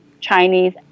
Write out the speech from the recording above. Chinese